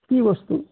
কি বস্তু